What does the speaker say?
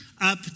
up